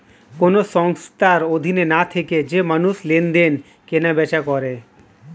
কোন সংস্থার অধীনে না থেকে যে মানুষ লেনদেন, কেনা বেচা করে